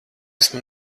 esmu